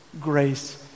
grace